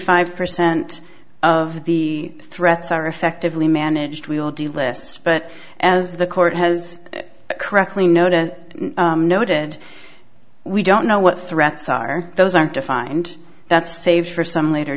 five percent of the threats are effectively managed we will do lists but as the court has correctly noted noted we don't know what threats are those aren't defined that save for some later